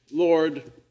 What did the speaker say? Lord